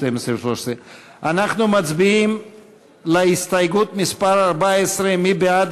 אנחנו מצביעים על הסתייגות 14. מי בעד